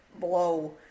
blow